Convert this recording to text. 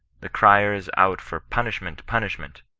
the criers out for punishment, punishment,